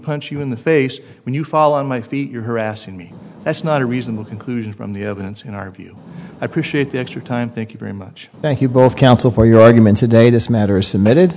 punch you in the face when you fall on my feet you're harassing me that's not a reasonable conclusion from the evidence in our view i appreciate the extra time thank you very much thank you both counsel for your argument today this matter is submitted